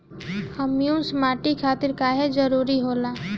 Humus माटी खातिर काहे जरूरी होला?